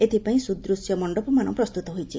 ଏଥିପାଇଁ ସୁଦୃଶ୍ୟ ମଣ୍ଡପମାନ ପ୍ରସ୍ତୁତ ହୋଇଛି